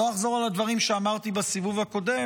לא אחזור על הדברים שאמרתי בסיבוב הקודם,